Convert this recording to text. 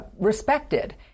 respected